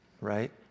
right